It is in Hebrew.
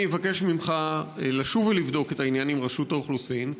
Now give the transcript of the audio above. אני אבקש ממך לשוב ולבדוק את העניין עם רשות האוכלוסין,